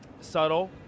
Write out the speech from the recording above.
subtle